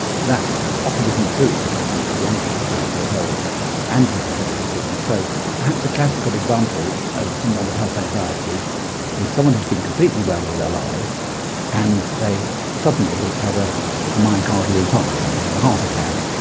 that often isn't true because you could be anxious about your health and have had a disease. so perhaps a classical example of someone with health anxiety is someone who has been completely well all their lives and they suddenly have a a myocardial infarction, they have a heart attack.